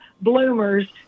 bloomers